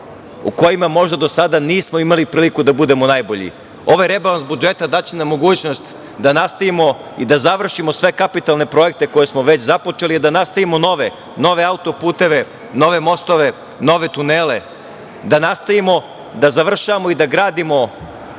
u kojima možda do sada nismo imali priliku da budemo najbolji. Ovaj rebalans budžeta daće nam mogućnost da nastavimo i da završimo sve kapitalne projekte koje smo već započeli, a na nastavimo nove, nove auto-puteve, nove mostove, nove tunele, da nastavimo, da završavamo i da gradimo